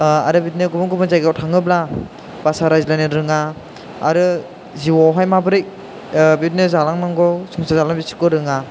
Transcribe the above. आरो बिदिनो गुबुन गुबुन जायगायाव थाङोब्ला भासा रायज्लायनो रोङा आरो जिउआवहाय माबोरै बिदिनो जालांनांगौ संसार जालांनांगौ बिदिखौ रोङा